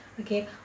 okay